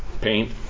Paint